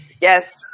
yes